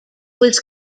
was